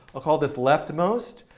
i'll call this leftmost.